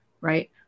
right